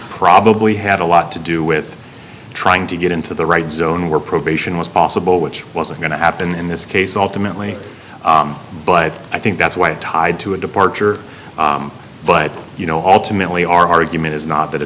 probably had a lot to do with trying to get into the right zone where probation was possible which wasn't going to happen in this case ultimately but i think that's what it tied to a departure but you know ultimately our argument is not that a